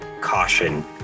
Caution